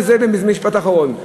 וזה משפט אחרון,